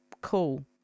cool